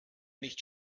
nicht